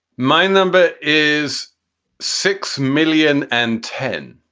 mind them, but is six million and ten.